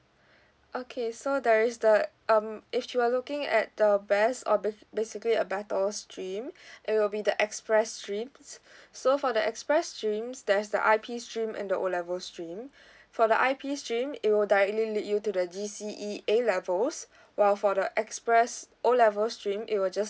okay so there is the um if she were looking at the best or bas~ basically a better stream it will be the express streams so for the express streams there's the I_P stream and the O level stream for the I_P stream it will likely lead you to the G_C_E A levels while for the express O level stream it will just